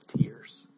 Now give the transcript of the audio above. tears